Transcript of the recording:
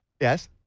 Yes